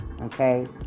Okay